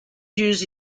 use